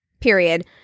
period